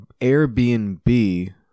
Airbnb